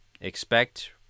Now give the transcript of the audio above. expect